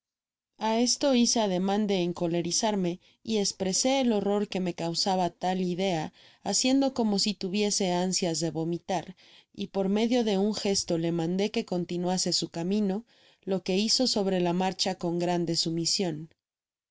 a esto hice ademan de encolerizarme y espresé el horror que me causaba tal idea haciendo como si tuviese ánsias de vomitar y por medio de un gesto lo mandé que continuase su camino lo que hizo sobre la narcha con grande sumision